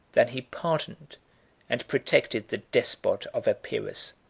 than he pardoned and protected the despot of epirus.